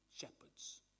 shepherds